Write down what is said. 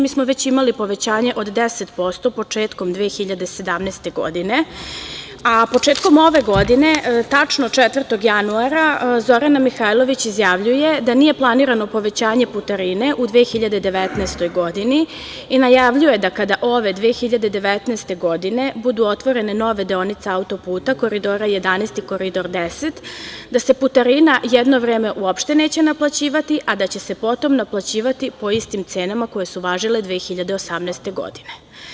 Mi smo već imali povećanje od 10% početkom 2017. godine, a početkom ove godine, tačno 4. januara, Zorana Mihajlović izjavljuje da nije planirano povećanje putarine u 2019. godini i najavljuje, kada ove 2019. godine budu otvorene nove deonice auto-puta Koridora 11 i Koridor 10, da se putarina jedno vreme uopšte neće naplaćivati, a da će se potom naplaćivati po istim cenama koje su važile 2018. godine.